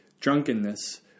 drunkenness